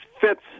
fits